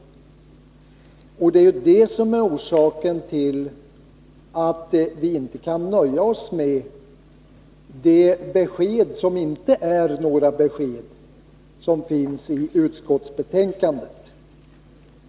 Det är detta som är orsaken till att vi inte kan nöja oss med de besked som lämnas i utskottsbetänkandet och som inte är några besked.